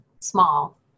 small